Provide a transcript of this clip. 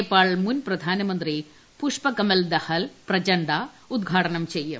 നേപ്പാൾ മുൻ പ്രധാനമന്ത്രി പുഷ്പകമാൽ ദഹാൽ പ്രചണ്ഡ ഉദ്ഘാടനം ചെയ്യും